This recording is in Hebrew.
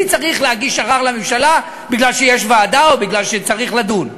מי צריך להגיש ערר לממשלה כי יש ועדה או כי צריך לדון?